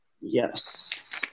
Yes